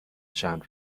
چند